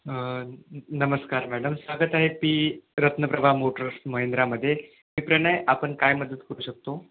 नमस्कार मॅडम स्वागत आहे पी रत्नप्रभा मोटर्स महिंद्रामध्ये मी प्रणय आपण काय मदत करू शकतो